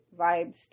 vibes